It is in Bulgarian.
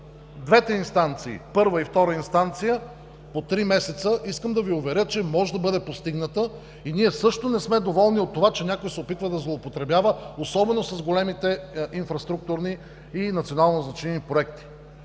двете инстанции – първа и втора, по 3 месеца, искам да Ви уверя, че може да бъде постигната и ние също не сме доволни от това, че някой се опитва да злоупотребява, особено с големите инфраструктурни и национално значими проекти.